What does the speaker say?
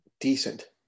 decent